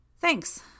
Thanks